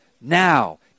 Now